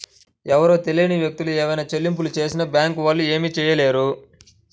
ఎవరో తెలియని వ్యక్తులు ఏవైనా చెల్లింపులు చేసినా బ్యేంకు వాళ్ళు ఏమీ చేయలేరు